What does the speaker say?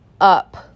up